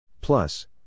Plus